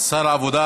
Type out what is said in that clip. שר העבודה,